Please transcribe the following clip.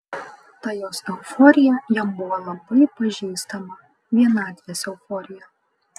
ta jos euforija jam buvo labai pažįstama vienatvės euforija